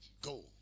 Go